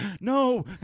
no